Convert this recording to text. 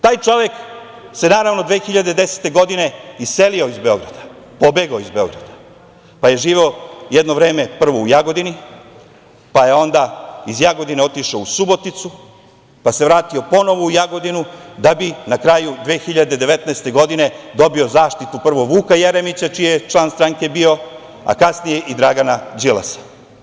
Taj čovek se 2010. godine iselio iz Beograda, pobegao iz Beograda, pa je živeo jedno vreme prvo u Jagodini, pa je iz Jagodine otišao u Suboticu, pa se vratio ponovo u Jagodinu da bi na kraju 2019. godine, dobio zaštitu prvo Vuka Jeremića, čiji je član stranke bio, a kasnije i Dragana Đilasa.